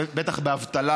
בטח באבטלה,